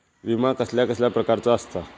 विमा कसल्या कसल्या प्रकारचो असता?